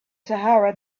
sahara